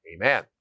Amen